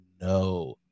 no